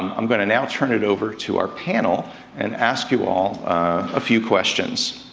i'm gonna now turn it over to our panel and ask you all a few questions.